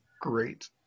Great